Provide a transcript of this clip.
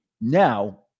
now